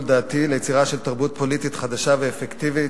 דעתי ליצירה של תרבות פוליטית חדשה ואפקטיבית,